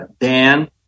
Dan